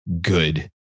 good